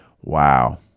Wow